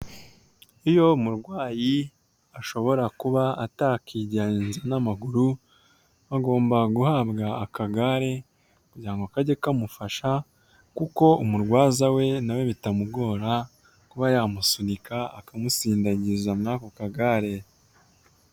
Iyo umurwayi ashobora kuba atakigenza n'amaguru, agomba guhabwa akagare kugira ngo kajye kamufasha kuko umurwaza we na we bitamugora kuba yamusunika, akamusindagiza muri ako kagare.